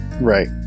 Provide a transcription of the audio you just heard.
Right